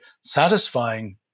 satisfying